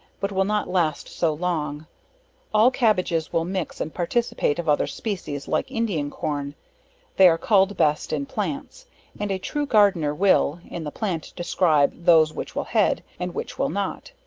but will not last so long all cabbages will mix, and participate of other species, like indian corn they are culled, best in plants and a true gardener will, in the plant describe those which will head, and which will not.